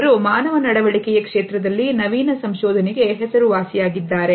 ಅವರು ಮಾನವ ನಡವಳಿಕೆಯ ಕ್ಷೇತ್ರದಲ್ಲಿ ನವೀನ ಸಂಶೋಧನೆಗೆ ಹೆಸರುವಾಸಿಯಾಗಿದ್ದಾರೆ